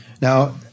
Now